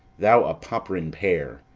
thou a pop'rin pear!